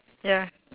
ya